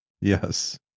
Yes